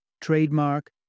trademark